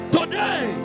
Today